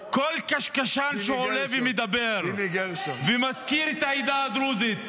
כל קשקשן שעולה ומדבר ומזכיר את העדה הדרוזית,